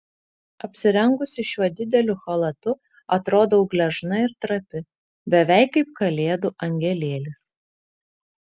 apsirengusi šiuo dideliu chalatu atrodau gležna ir trapi beveik kaip kalėdų angelėlis